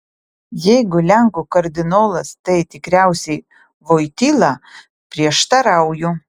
jeigu lenkų kardinolas tai tikriausiai voityla prieštarauju